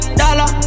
dollar